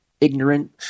ignorant